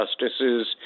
justices